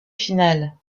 finale